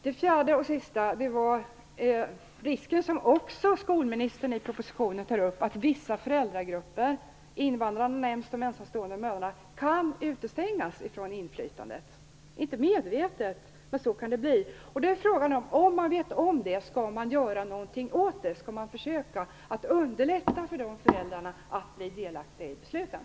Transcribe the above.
Det fjärde och sista var den risk som också skolministern tar upp i propositionen. Vissa föräldragrupper - invandrare och ensamstående mammor - kan utestängas från inflytande, inte medvetet, men det kan ändå bli så. Frågan är då: Om man vet om detta, skall man göra någonting åt det? Skall man försöka att underlätta för dessa föräldrar att bli delaktiga i besluten?